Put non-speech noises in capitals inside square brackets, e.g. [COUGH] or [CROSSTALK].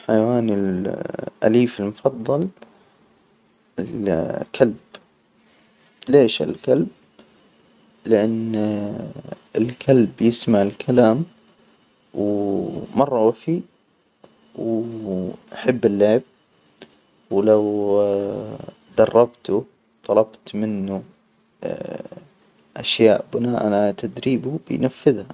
حيوانى الأليف المفضل، الكلب. ليش الكلب؟ لأن [HESITATION] الكلب يسمع الكلام ومرة وفي، ويحب اللعب ولو [HESITATION] دربته. طلبت منه [HESITATION] أشياء بناء على تدريبه ينفذها.